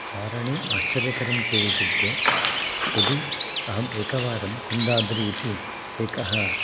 चारणे आश्चर्यकरं चेत् इत्युक्ते यदि अहम् एकवारं कुन्दाद्री इति एकः